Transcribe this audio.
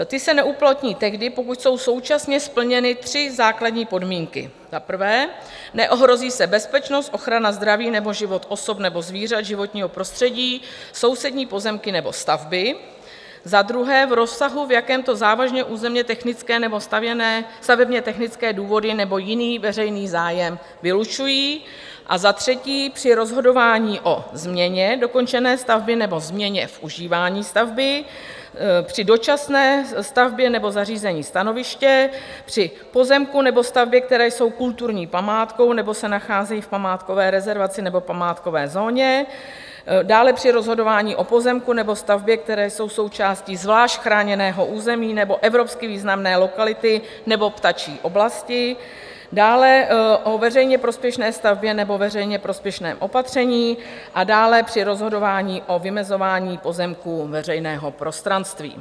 Ty se neuplatní tehdy, pokud jsou současně splněny tři základní podmínky: za prvé neohrozí se bezpečnost, ochrana zdraví nebo život osob nebo zvířat, životního prostředí, sousední pozemky nebo stavby, za druhé v rozsahu, v jakém to závažné územnětechnické nebo stavebnětechnické důvody nebo jiný veřejný zájem vylučují, a za třetí při rozhodování o změně dokončené stavby nebo změně v užívání stavby, při dočasné stavbě nebo zařízení stanoviště, při pozemku nebo stavbě, které jsou kulturní památkou nebo se nacházejí v památkové rezervaci nebo památkové zóně, dále při rozhodování o pozemku nebo stavbě, které jsou součástí zvlášť chráněného území nebo evropsky významné lokality nebo ptačí oblasti, dále o veřejně prospěšné stavbě nebo veřejně prospěšném opatření a dále při rozhodování o vymezování pozemků veřejného prostranství.